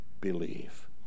believe